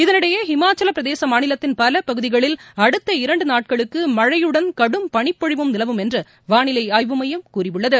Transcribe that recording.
இதனிடையே ஹிமாச்சல பிரதேச மாநிலத்தின் பல பகுதிகளில் அடுத்த இரண்டு நாட்களுக்கு மழையுடன் கடும் பளிப்பொழிவும் நிலவும் என்று வானிலை ஆய்வு மையம் கூறியுள்ளது